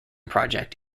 project